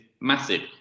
massive